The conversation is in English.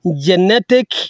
genetic